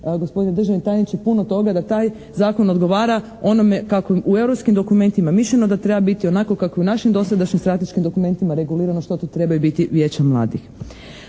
gospodine državni tajniče puno toga da taj zakon odgovara onome kako u europskim dokumentima mišljeno da treba biti, onako kako je u našim dosadašnjim strateškim dokumentima regulirano što to trebaju biti vijeća mladih.